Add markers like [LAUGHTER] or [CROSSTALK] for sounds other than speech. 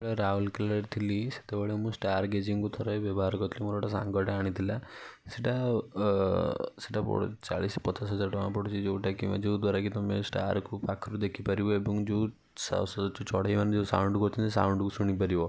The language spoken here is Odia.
ରାଉଲକେଲାରେ ଥିଲି ସେତେବେଳେ ମୁଁ ଷ୍ଟାର୍ ଗେଜିଂକୁ ଥରେ ବ୍ୟବହାର କରିଥିଲି ମୋର ଗୋଟେ ସାଙ୍ଗଟେ ଆଣିଥିଲା ସେଇଟା ସେଇଟା ବହୁ ଚାଳିଶ ପଚାଶ ହଜାର ଟଙ୍କା ପଡ଼ୁଛି ଯେଉଁଟାକି [UNINTELLIGIBLE] ଯେଉଁ ଦ୍ଵାରା କି ତମେ ଷ୍ଟାର୍କୁ ପାଖରୁ ଦେଖିପାରିବ ଏବଂ ଯେଉଁ ଚଢ଼େଇମାନେ ଯେଉଁ ସାଉଣ୍ଡ କରୁଛନ୍ତି ସାଉଣ୍ଡକୁ ଶୁଣିପାରିବ